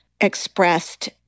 expressed